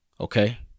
okay